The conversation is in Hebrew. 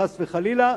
חס וחלילה,